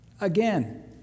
again